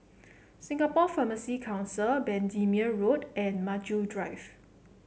Singapore Pharmacy Council Bendemeer Road and Maju Drive